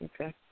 Okay